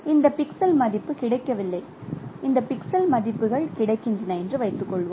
இந்த பிக்சல் மதிப்பு கிடைக்கவில்லை இந்த பிக்சல் மதிப்புகள் கிடைக்கின்றன என்று வைத்துக்கொள்வோம்